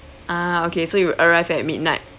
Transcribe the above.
ah okay so you arrived at midnight